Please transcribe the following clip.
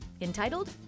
entitled